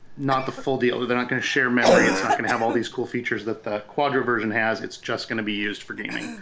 not the full deal. they're not going to share memory, it's not gonna have all these cool features that the quadro version has, it's just gonna be used for gaming.